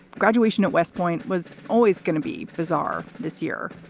graduation at west point was always going to be bizarre this year.